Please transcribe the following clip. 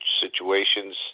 situations